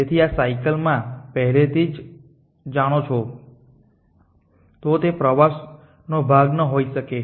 તેથી આ સાયકલમાં પહેલેથી જ જાણો છો તો તે પ્રવાસનો ભાગ ન હોઈ શકે